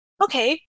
okay